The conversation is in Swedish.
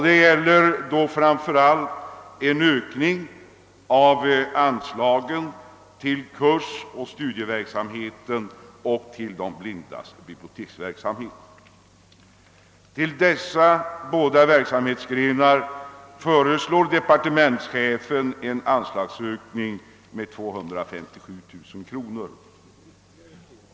Det gäller framför allt en ökning av anslagen till kursoch studieverksamheten och till De blindas förenings biblioteksverksamhet. För dessa båda verksamhetsgrenar föreslår departementschefen en anslagsökning med 257 000 kronor.